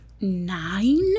Nine